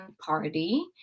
party